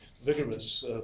vigorous